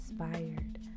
inspired